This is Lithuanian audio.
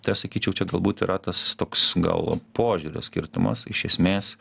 tai aš sakyčiau čia galbūt yra tas toks gal požiūrio skirtumas iš esmės